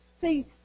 See